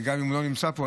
גם אם הוא לא נמצא פה,